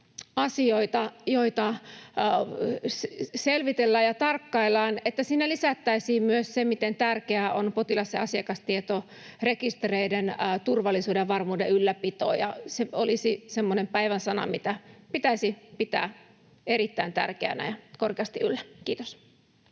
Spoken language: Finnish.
asioita, joita selvitellään ja tarkkaillaan, että sinne lisättäisiin myös se, miten tärkeää on potilas- ja asiakastietorekistereiden turvallisuuden ja varmuuden ylläpito. Se olisi semmoinen päivän sana, mitä pitäisi pitää erittäin tärkeänä ja korkeasti yllä. — Kiitos.